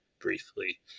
briefly